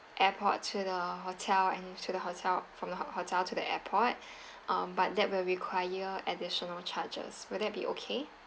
airport to the hotel and to the hotel from the ho~ hotel to the airport um but that will require additional charges will that be okay